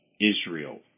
Israel